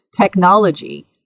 technology